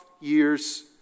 years